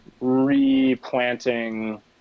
replanting